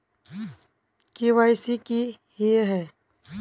KYC की हिये है?